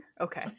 Okay